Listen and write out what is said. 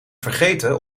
vergeten